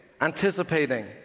anticipating